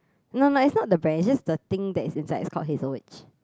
no lah it's not the brand is just the thing that is inside is called Hazel Witch